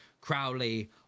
Crowley